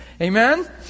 Amen